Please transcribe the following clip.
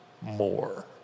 more